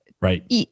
right